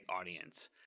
audience